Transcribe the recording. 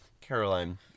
caroline